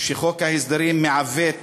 שחוק ההסדרים מעוות